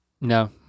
No